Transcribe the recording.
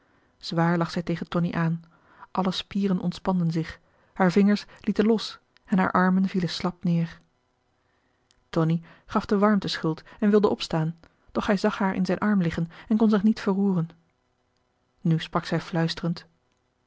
zwaar lag zij tegen tonie aan alle spieren ontspanden zich haar vingers lieten los en haar armen vielen slap neer tonie gaf de warmte schuld en wilde opstaan doch hij zag haar in zijn arm liggen en kon zich niet verroeren nu sprak zij fluisterend